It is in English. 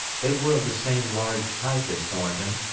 they were of the same large type as thornton,